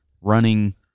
running